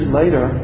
later